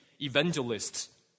evangelists